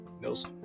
Mills